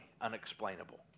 unexplainable